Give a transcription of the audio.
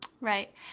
Right